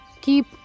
keep